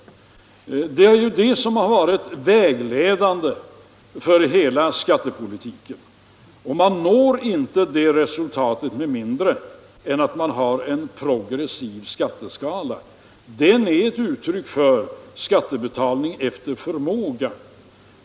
Det är detta som har varit vägledande för hela skattepolitiken. Man når inte det resultatet med mindre än att man har en progressiv skatteskala. Den är ett uttryck för skattebetalning efter förmåga.